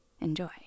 Enjoy